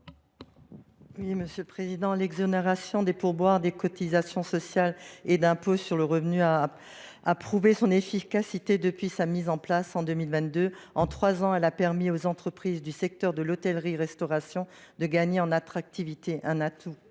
L’exonération des pourboires des cotisations sociales et de l’impôt sur le revenu a prouvé son efficacité depuis sa mise en place, en 2022. En trois ans, elle a permis et aux entreprises du secteur de l’hôtellerie restauration de gagner en attractivité, ce qui